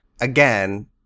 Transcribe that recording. Again